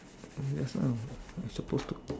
I just now I suppose to